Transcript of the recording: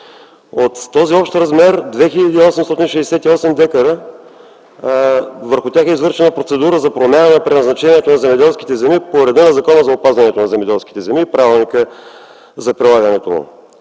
От този общ размер за 2 868 декара е извършена процедура за промяна на предназначението на земеделските земи по реда на Закона за опазване на земеделските земи и правилника за прилагането му.